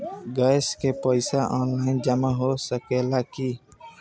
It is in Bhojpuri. गैस के पइसा ऑनलाइन जमा हो सकेला की?